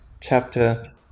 chapter